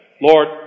Lord